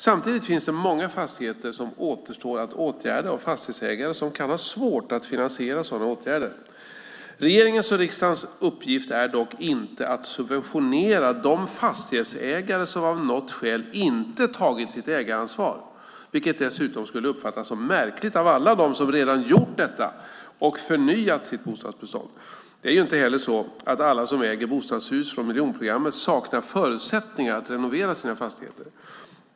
Samtidigt finns det många fastigheter som återstår att åtgärda och fastighetsägare som kan ha svårt att finansiera sådana åtgärder. Regeringens och riksdagens uppgift är dock inte att subventionera de fastighetsägare som av något skäl inte tagit sitt ägaransvar, vilket dessutom skulle uppfattas som märkligt av alla de som redan gjort detta och förnyat sitt bostadsbestånd. Det är ju inte heller så att alla som äger bostadshus från miljonprogrammet saknar förutsättningar att renovera sina fastigheter.